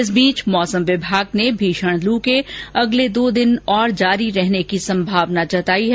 इस बीच मौसम विभाग ने भीषण लू के अगले दो दिन और जारी रहने की संभावना जताई है